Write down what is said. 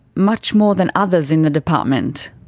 much more than others in the department.